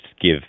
give